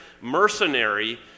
mercenary